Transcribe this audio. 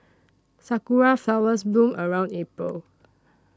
sakura flowers bloom around April